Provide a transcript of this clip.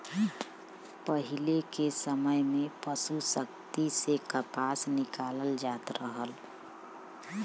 पहिले के समय में पसु शक्ति से कपास निकालल जात रहल